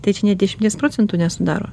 tai čia nė dešimties procentų nesudaro